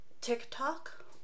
TikTok